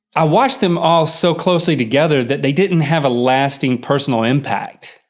i watched them all so closely together that they didn't have a lasting personal impact.